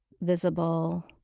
visible